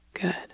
Good